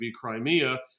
Crimea